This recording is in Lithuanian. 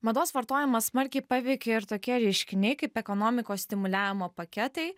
mados vartojimas smarkiai paveikė ir tokie reiškiniai kaip ekonomikos stimuliavimo paketai